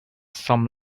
some